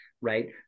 right